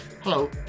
Hello